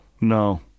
No